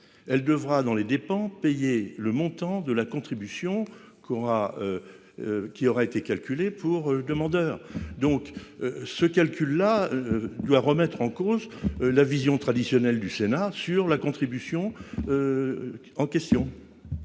Elle devra dans les dépend payer le montant de la contribution qu'aura. Qui aura été calculé pour demandeurs donc. Ce calcul là. Doit remettre en cause la vision traditionnelle du Sénat sur la contribution. En question.